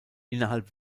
innerhalb